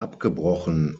abgebrochen